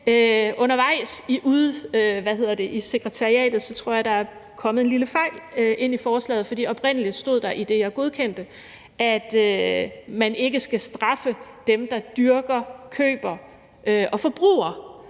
undervejs i sekretariatet tror jeg der er kommet en lille fejl ind i forslaget, for oprindelig stod der i det, jeg godkendte, at man ikke skal straffe dem, der dyrker, køber og forbruger